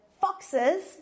FOXES